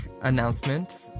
announcement